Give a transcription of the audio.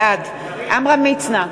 בעד עמרם מצנע,